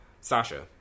Sasha